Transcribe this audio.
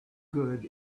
good